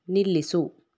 ನಿಲ್ಲಿಸು